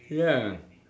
ya